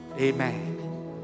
Amen